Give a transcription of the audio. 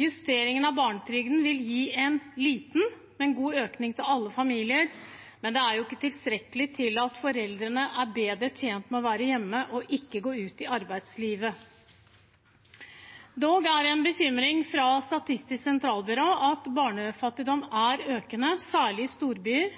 Justeringen av barnetrygden vil gi en liten, men god økning til alle familier, men den er ikke tilstrekkelig til at foreldrene er bedre tjent med å være hjemme og ikke gå ut i arbeidslivet. Dog er det en bekymring at Statistisk sentralbyrå viser at barnefattigdom er økende, særlig i storbyer,